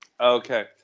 Okay